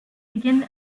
second